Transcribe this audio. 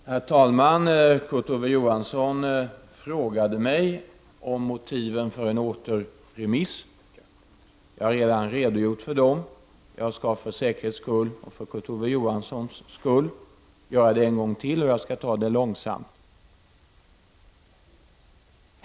Herr talman! Kurt Ove Johansson frågade mig om motiven för en återremiss. Jag har redan redogjort för dem, men jag skall för säkerhets skull och för Kurt Ove Johanssons skull göra det en gång till och ta det långsamt.